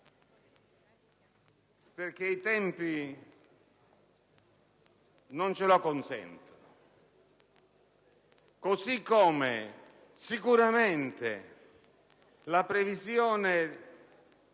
perché i tempi non ce lo consentono. Così come la previsione